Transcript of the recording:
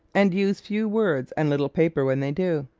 and use few words and little paper when they do.